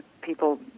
People